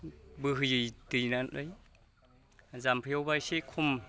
बोहैयै दै नालाय जाम्फैयावबा एसे खम